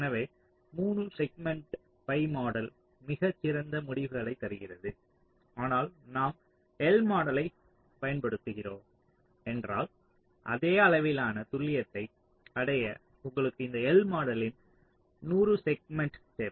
எனவே 3 segment pi model மிகச் சிறந்த முடிவுகளைத் தருகிறது ஆனால் நாம் L மாடலைப் பயன்படுத்துகிறீர்கள் என்றால் அதே அளவிலான துல்லியத்தை அடைய உங்களுக்கு இந்த L மாடலின் 100 செக்மென்ட்கள் தேவை